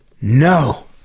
No